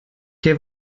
què